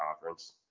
conference